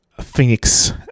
Phoenix